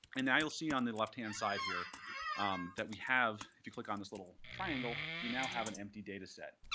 and now you'll see on the left-hand side here that we have if you click on this little triangle we now have an empty data data.